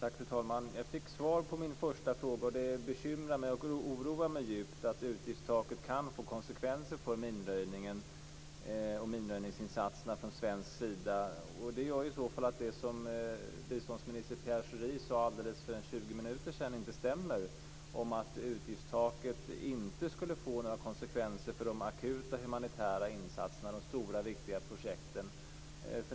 Fru talman! Jag fick svar på min första fråga, och det bekymrar och oroar mig djupt att utgiftstaket kan få konsekvenser för minröjningen och Sveriges minröjningsinsatser. Det gör i så fall att det som biståndsminister Pierre Schori sade för 20 minuter sedan inte stämmer. Han sade att utgiftstaket inte skulle få några konsekvenser för de akuta humanitära insatserna och de stora viktiga projekten.